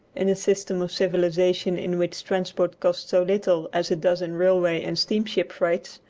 in a system of civilisation in which transport costs so little as it does in railway and steam-ship freights,